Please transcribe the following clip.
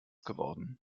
geworden